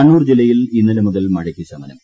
കണ്ണൂർ ജില്ലയിൽ ഇന്നലെ മുതൽ മഴയ്ക്ക് ശമനം